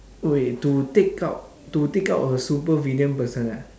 wait to take out to take out a supervillain person ah